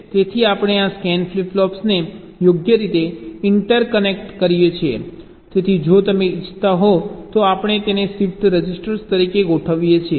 તેથી આપણે આ સ્કેન ફ્લિપ ફ્લોપ્સને યોગ્ય રીતે ઇન્ટરકનેક્ટ કરીએ છીએ જેથી જો તમે ઇચ્છો તો આપણે તેને શિફ્ટ રજિસ્ટર તરીકે ગોઠવી શકીએ